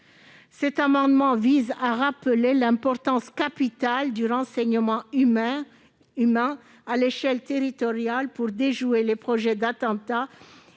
Cet amendement vise à rappeler l'importance capitale du renseignement humain à l'échelon territorial pour déjouer les projets d'attentat.